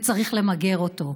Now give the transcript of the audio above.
וצריך למגר אותו,